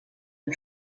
and